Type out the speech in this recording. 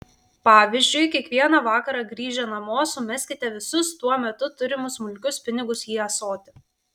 pavyzdžiui kiekvieną vakarą grįžę namo sumeskite visus tuo metu turimus smulkius pinigus į ąsotį